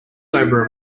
over